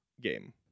game